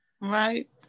Right